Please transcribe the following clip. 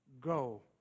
go